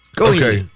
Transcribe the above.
Okay